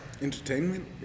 Entertainment